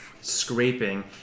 scraping